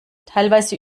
teilweise